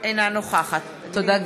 אינה נוכחת תודה,